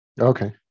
Okay